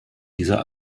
dieser